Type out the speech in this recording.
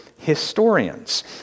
historians